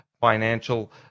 financial